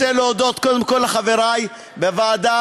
רוצה להודות קודם כול לחברי בוועדה,